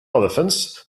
elephants